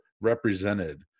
represented